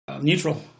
neutral